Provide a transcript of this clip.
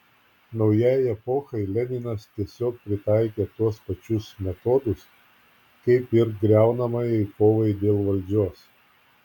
naujai epochai leninas tiesiog pritaikė tuos pačius metodus kaip ir griaunamajai kovai dėl valdžios